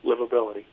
livability